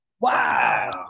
wow